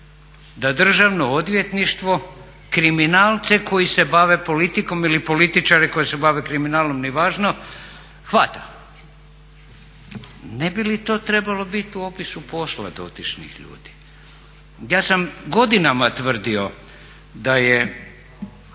da Državno odvjetništvo kriminalce koji se bave politikom ili političare koji se bave kriminalom nije važno hvata. Ne bi li to trebalo biti u opisu posla dotičnih ljudi? Ja sam godinama tvrdio da je